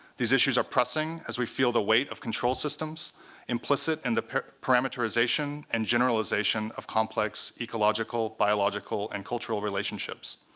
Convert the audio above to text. these issues are pressing, as we feel the weight of control systems implicit in the parameterization and generalization of complex ecological, biological, and cultural relationships.